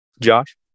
Josh